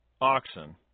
oxen